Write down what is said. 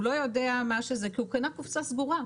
הוא לא יודע מה שזה כי הוא קנה קופסה סגורה.